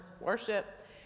worship